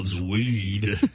weed